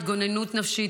התגוננות נפשית,